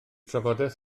trafodaeth